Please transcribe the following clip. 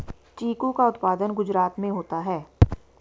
चीकू का उत्पादन गुजरात में होता है